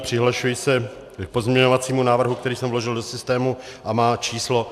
Přihlašuji se k pozměňovacímu návrhu, který jsem vložil do systému a má číslo 1778.